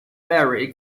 very